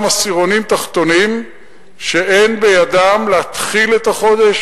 עשירונים תחתונים שאין בידם להתחיל את החודש,